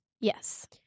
Yes